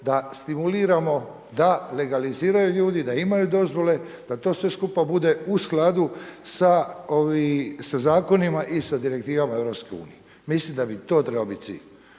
da stimuliramo da legaliziraju ljudi, da imaju dozvole, da to sve skupa bude u skladu sa zakonima i sa direktivama Europske unije. Mislim da bi to trebao biti cilj.